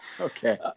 Okay